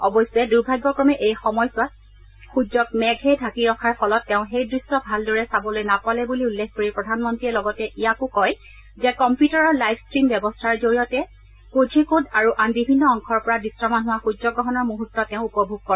অৱশ্যে দুৰ্ভাগ্যক্ৰমে সেই সময়ছোৱাত সূৰ্যক মেঘে ঢাকি ৰখাৰ ফলত তেওঁ সেই দৃশ্য ভালদৰে চাবলৈ নাপালে বুলি উল্লেখ কৰি প্ৰধানমন্ত্ৰীয়ে লগতে ইয়াকো কয় যে কম্পিউটাৰৰ লাইভ ট্টিম ব্যৱস্থাৰ জৰিয়তে কোঝিকোড আৰু আন বিভিন্ন অংশৰ পৰা দৃশ্যমান হোৱা সূৰ্যগ্ৰহণৰ মুহূৰ্ত তেওঁ উপভোগ কৰে